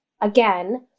again